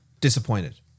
Disappointed